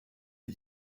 est